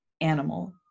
animal